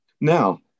Now